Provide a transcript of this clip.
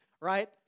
right